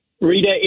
Rita